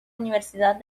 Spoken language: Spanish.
universidad